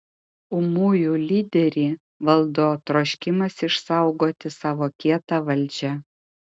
ūmųjų lyderį valdo troškimas išsaugoti savo kietą valdžią